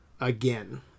again